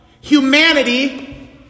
humanity